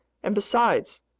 and besides,